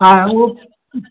हा उओ